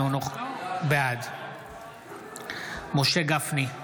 בעד משה גפני,